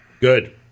Good